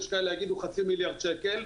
יש כאלה שיגידו חצי מיליארד שקל,